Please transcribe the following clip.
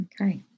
Okay